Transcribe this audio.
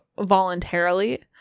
voluntarily